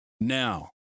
Now